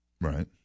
Right